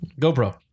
GoPro